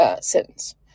sentence